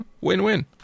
Win-win